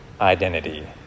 identity